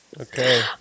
Okay